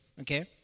okay